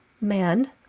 man